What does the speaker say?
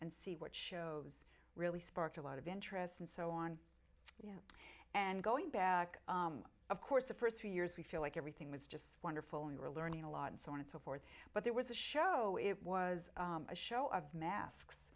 and see what shows really sparked a lot of interest and so on and going back of course the first few years we feel like everything was just wonderful and we're learning a lot and so on and so forth but there was a show it was a show of masks